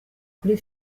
kuri